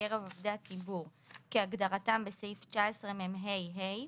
מקרב עובדי הציבור כהגדרתם בסעיף 19מה(ה),